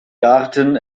garten